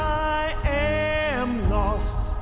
i am lost